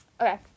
Okay